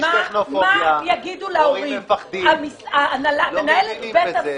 יש טכנופוביה, הורים מפחדים, לא מבינים בזה.